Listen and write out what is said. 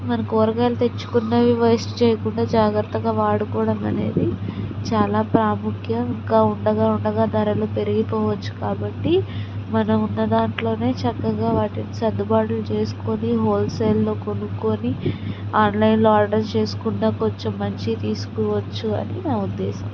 మనం కూరగాయలు తెచ్చుకున్నవి వేస్ట్ చేయకుండా జాగ్రత్తగా వాడుకోవడం అనేది చాలా ప్రాముఖ్యం ఇంకా ఉండగా ఉండగా ధరలు పెరిగిపోవచ్చు కాబట్టి మనం ఉన్నదాంట్లోనే చక్కగా వాటిని సర్దుబాట్లు చేసుకొని హోల్సేల్లో కొనుక్కొని ఆన్లైన్లో ఆర్డర్ చేసుకుండా కొంచెం మంచివి తీసుకోవచ్చు అని నా ఉద్దేశం